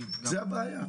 זאת הבעיה.